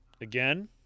Again